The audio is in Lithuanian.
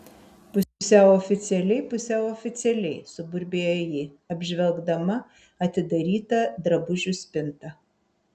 pusiau oficialiai pusiau oficialiai suburbėjo ji apžvelgdama atidarytą drabužių spintą